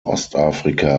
ostafrika